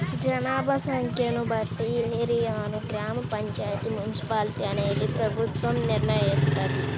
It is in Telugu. జనాభా సంఖ్యను బట్టి ఏరియాని గ్రామ పంచాయితీ, మున్సిపాలిటీ అనేది ప్రభుత్వం నిర్ణయిత్తది